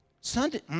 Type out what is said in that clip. Sunday